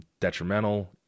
detrimental